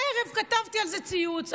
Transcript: ובערב כתבתי על זה ציוץ.